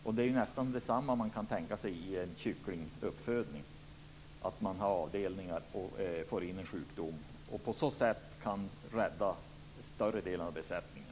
Man kan tänka sig samma situation när det gäller kycklinguppfödning, att man i en avdelning får in en sjukdom men genom antibiotika i foder kan rädda större delen av besättningen.